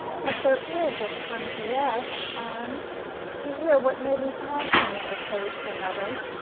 but there is a time to rest, and to hear what may be passing, interposed another.